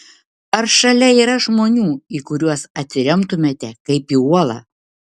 ar šalia yra žmonių į kuriuos atsiremtumėte kaip į uolą